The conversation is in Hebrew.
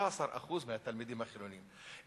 ו-16% מהתלמידים החילונים,